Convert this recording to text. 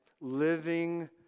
living